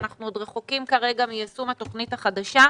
ואנחנו כרגע עוד רחוקים מיישום התוכנית החדשה.